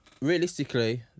realistically